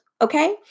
okay